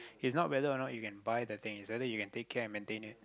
is not whether or not you can buy the thing is whether you can take care and maintenance